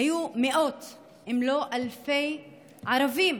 היו מאות אם לא אלפי ערבים